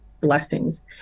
blessings